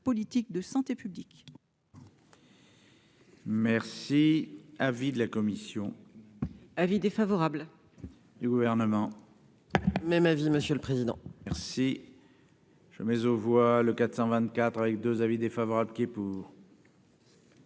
de santé publique.